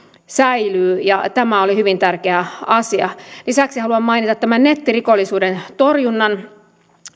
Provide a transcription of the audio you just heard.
säilyy ja tämä oli hyvin tärkeä asia lisäksi haluan mainita tämän nettirikollisuuden torjunnan